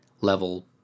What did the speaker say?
level